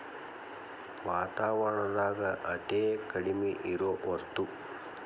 ವಾತಾವರಣದಾಗ ಅತೇ ಕಡಮಿ ಇರು ವಸ್ತು